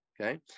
okay